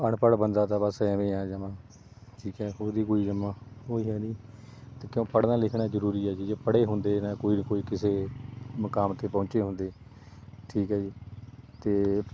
ਅਣਪੜ੍ਹ ਬੰਦਾ ਤਾਂ ਬਸ ਐਵੇਂ ਆ ਜਮ੍ਹਾ ਠੀਕ ਹੈ ਉਹਦੀ ਕੋਈ ਜਮ੍ਹਾ ਕੋਈ ਹੈ ਨਹੀਂ ਅਤੇ ਕਿਉਂ ਪੜ੍ਹਨਾ ਲਿਖਣਾ ਜ਼ਰੂਰੀ ਹੈ ਜੀ ਜੇ ਪੜ੍ਹੇ ਹੁੰਦੇ ਤਾਂ ਕੋਈ ਨਾ ਕੋਈ ਕਿਸੇ ਮੁਕਾਮ 'ਤੇ ਪਹੁੰਚੇ ਹੁੰਦੇ ਠੀਕ ਹੈ ਜੀ ਅਤੇ